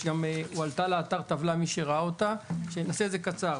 הועלתה לאתר טבלה, מי שראה אותה, נעשה את זה קצר.